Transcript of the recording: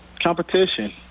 competition